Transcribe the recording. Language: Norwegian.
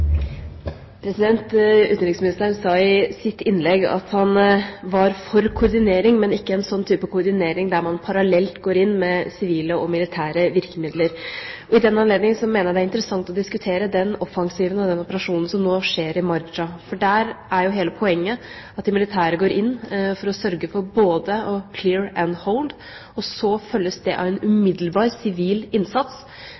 Utenriksministeren sa i sitt innlegg at han var for koordinering, men ikke for en type koordinering der man går parallelt inn med sivile og militære virkemidler. I den anledning mener jeg det er interessant å diskutere den offensiven og den operasjonen som nå skjer i Marjah. Der er jo hele poenget at de militære går inn for å sørge for både «clear and hold», og så følges det av en